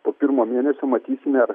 po pirmo mėnesio matysime ar